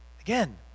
Again